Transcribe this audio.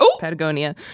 Patagonia